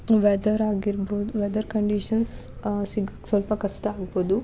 weather ಆಗಿರ್ಬೋದು weather conditions ಸಿಗಕ್ಕೆ ಸ್ವಲ್ಪ ಕಷ್ಟ ಆಗ್ಬೋದು